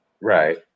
Right